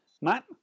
Matt